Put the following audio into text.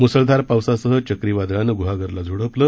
मुसळधार पावसासह चक्रीवादळानं गुहागरला झोडपलं